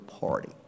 party